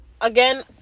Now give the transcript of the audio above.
again